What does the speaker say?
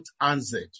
answered